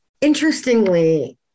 interestingly